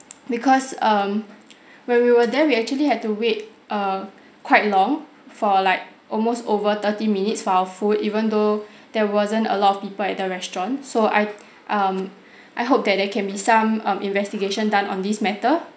because um when we were there we actually had to wait err quite long for like almost over thirty minutes for our food even though there wasn't a lot of people at the restaurant so I um I hope that there can be some um investigation done on this matter